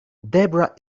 debra